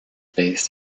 based